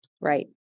Right